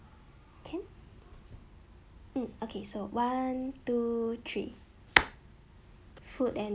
can hmm okay so one two three food and